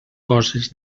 coses